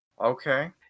Okay